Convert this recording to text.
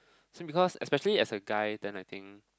so because especially as a guy then I think